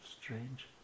strange